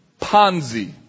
Ponzi